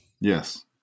yes